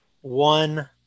one